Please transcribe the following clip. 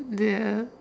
ya